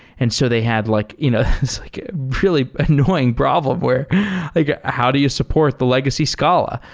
and so they had like you know it's like really annoying problem where like ah how do you support the legacy scala?